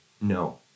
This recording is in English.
No